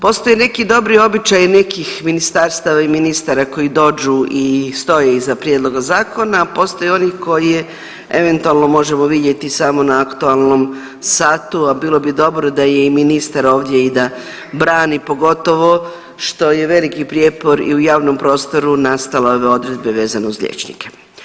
Postoje neki dobri običaji nekih ministarstava i ministara koji dođu i stoje iza prijedloga zakona, postoje oni koje eventualno možemo vidjeti samo na aktualnom satu, a bilo bi dobro da je i ministar ovdje i da brani, pogotovo što je veliki prijepor i u javnom prostoru nastala ove odredbe vezano uz liječnike.